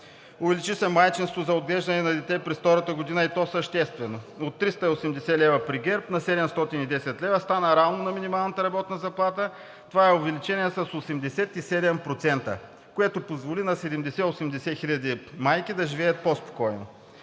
Увеличи се майчинството за отглеждане на дете през втората година, и то съществено – от 380 лв. при ГЕРБ на 710 лв., стана равно на минималната работна заплата. Това е увеличение с 87%, което позволи на 70 – 80 хиляди майки да живеят по-спокойно.